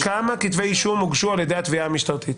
כמה כתבי אישום הוגשו על ידי התביעה המשטרתית?